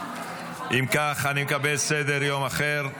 אני מקבל סדר-יום אחר.